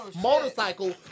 motorcycle